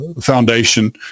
foundation